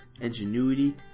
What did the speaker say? ingenuity